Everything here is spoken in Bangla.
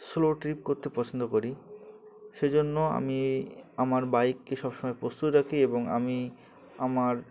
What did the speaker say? সোলো ট্রিপ করতে পছন্দ করি সেজন্য আমি আমার বাইককে সবসময় প্রস্তুত রাখি এবং আমি আমার